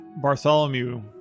Bartholomew